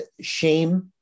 shame